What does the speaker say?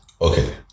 Okay